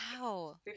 Wow